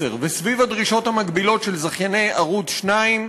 וסביב הדרישות המגבילות של זכייני ערוץ 2,